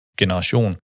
generation